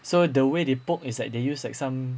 so the way they poke is like they use like some